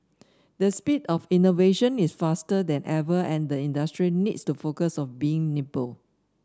the speed of innovation is faster than ever and the industry needs to focus on being nimble